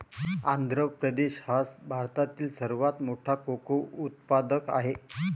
आंध्र प्रदेश हा भारतातील सर्वात मोठा कोको उत्पादक आहे